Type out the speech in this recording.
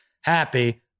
happy